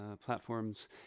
platforms